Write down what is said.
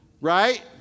Right